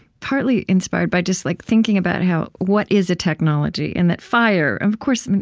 partly inspired by just like thinking about how what is a technology? and that fire of course,